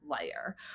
layer